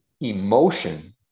emotion